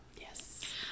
Yes